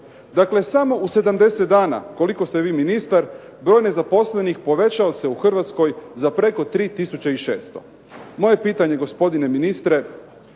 Dakle, samo u 70 dana koliko ste vi ministar broj nezaposlenih povećao se u Hrvatskoj za preko 3600. Moje pitanje gospodine ministre,